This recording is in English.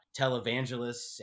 televangelists